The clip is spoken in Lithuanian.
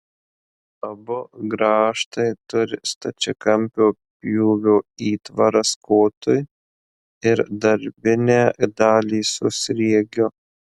abu grąžtai turi stačiakampio pjūvio įtvaras kotui ir darbinę dalį su sriegiu